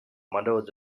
mother